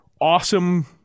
awesome